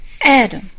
Adam